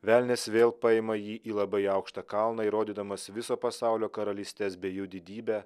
velnias vėl paima jį į labai aukštą kalną ir rodydamas viso pasaulio karalystes bei jų didybę